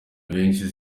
benshi